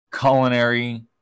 culinary